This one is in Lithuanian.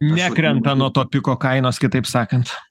nekrenta nuo to piko kainos kitaip sakant